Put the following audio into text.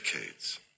decades